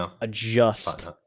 adjust